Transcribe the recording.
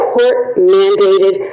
court-mandated